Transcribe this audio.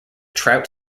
trout